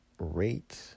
rate